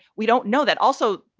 we don't know that also.